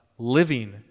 living